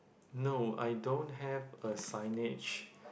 no I don't have a signage